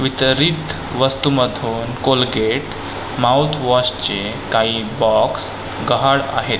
वितरित वस्तूमधून कोलगेट माउथवॉशचे का बॉक्स गहाळ आहेत